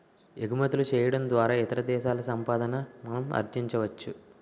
ఎగుమతులు చేయడం ద్వారా ఇతర దేశాల సంపాదన మనం ఆర్జించవచ్చు